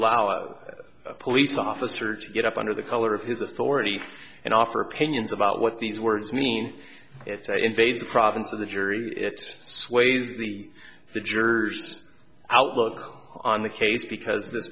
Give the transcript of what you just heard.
allow a police officer to get up under the color of his authority and offer opinions about what these words mean it's an invasive province of the jury it sways the the jurors outlook on the case because